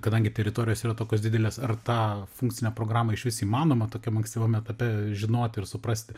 kadangi teritorijos yra tokios didelės ar tą funkcinę programą išvis įmanoma tokiam ankstyvam etape žinoti ir suprasti